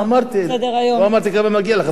לא אמרתי כמה מגיע לך,